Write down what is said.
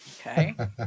Okay